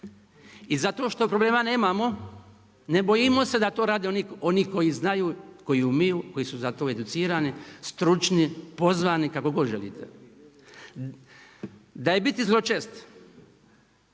I zato što problema nemamo ne bojimo se da to rade oni koji znaju, koji umiju, koji su za to educirani, stručni, pozvani, kako god želite. Da je biti zločest,